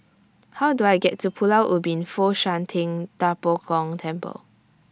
How Do I get to Pulau Ubin Fo Shan Ting DA Bo Gong Temple